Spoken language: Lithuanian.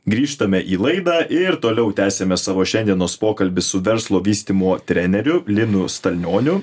grįžtame į laidą ir toliau tęsiame savo šiandienos pokalbį su verslo vystymo treneriu linu stalnioniu